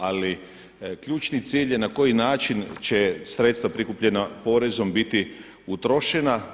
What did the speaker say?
Ali ključni cilj je na koji način će sredstva prikupljena porezom biti utrošena.